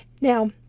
Now